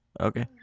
Okay